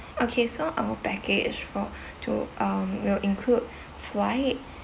okay so our package for two um will include flight